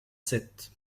sept